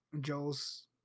Joel's